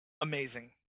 Amazing